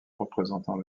représentant